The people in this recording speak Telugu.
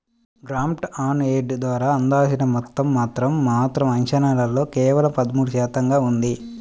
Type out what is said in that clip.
గ్రాంట్ ఆన్ ఎయిడ్ ద్వారా అందాల్సిన మొత్తం మాత్రం మాత్రం అంచనాల్లో కేవలం పదమూడు శాతంగా ఉంది